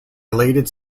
elated